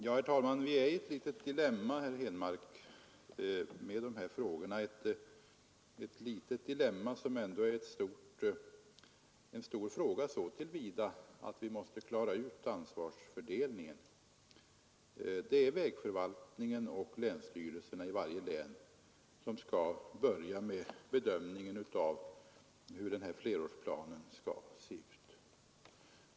Herr talman! Vi är i ett litet dilemma, herr Henmark, som ändå är en stor fråga så till vida att vi måste klargöra ansvarsfördelningen. Det är vägförvaltningen och länsstyrelsen i varje län som skall börja göra bedömningen av hur den här flerårsplanen skall se ut.